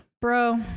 bro